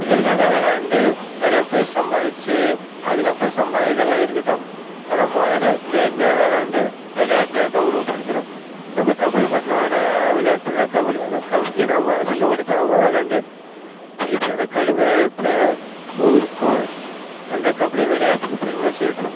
பேருக்காக விளாண்டு நிறையாப் பேர் சம்பாத்திச்சு அதுக்கப்புறம் சம்பாதிக்குறதெல்லாம் இருக்கட்டும் அதெல்லாம் முதலே நேர்மையாக விளாண்டு விளையாட்ட கௌரவப் படுத்தணும் நம்ம தமிழ் மண்ணோட விளையாட்டில் கபடி அந்த கபடியை நம்ம அசிங்கப் படுத்தாமல் விளாண்டு ஜெயிச்சு அதை கடுமையாக பே ஊருக்கும் அந்த கபடி விளையாட்டுக்கும் பெருமை சேர்க்கணும்